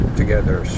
together